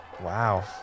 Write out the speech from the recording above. Wow